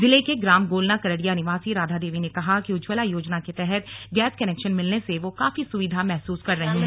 जिले के ग्राम गोलना करड़िया निवासी राधादेवी ने कहा कि उज्जवला योजना के तहत गैस कनेक्शन मिलने से काफी सुविधा महसूस हो रही है